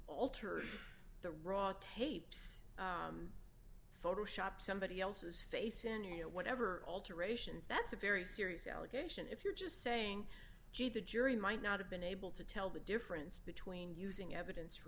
altered the raw tapes photoshop somebody else's face in you know whatever alterations that's a very serious allegation if you're just saying gee the jury might not have been able to tell the difference between using evidence for